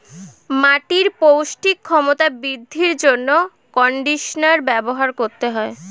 মাটির পৌষ্টিক ক্ষমতা বৃদ্ধির জন্য কন্ডিশনার ব্যবহার করতে হয়